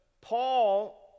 paul